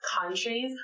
countries